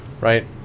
right